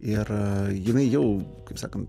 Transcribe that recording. ir jinai jau kaip sakant